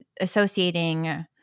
associating